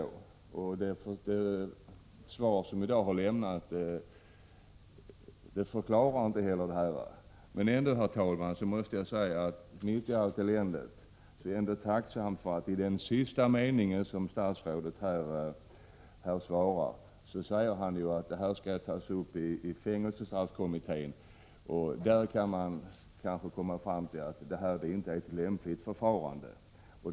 Inte heller det svar som justitieministern i dag har lämnat förklarar saken. Men mitt i allt eländet är jag ändå tacksam för att statsrådet i den sista meningen i svaret säger att det här skall tas upp i fängelsestraffkommittén. Där kan man kanske komma fram till att detta inte är ett lämpligt förfarande.